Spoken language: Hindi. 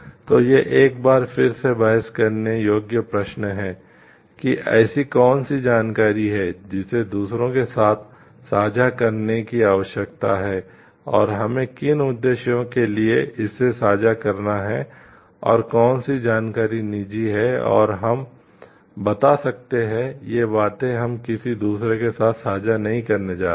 तो ये एक बार फिर से बहस करने योग्य प्रश्न हैं कि ऐसी कौन सी जानकारी है जिसे दूसरों के साथ साझा करने की आवश्यकता है और हमें किन उद्देश्यों के लिए इसे साझा करना है और कौन सी जानकारी निजी है और हम बता सकते है ये बातें हम किसी दुसरो के साथ साझा नहीं करने जा रहे हैं